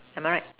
am I right